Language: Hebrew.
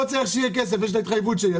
לא צריך שיהיה כסף, יש את ההתחייבות שלי.